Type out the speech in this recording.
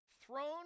thrown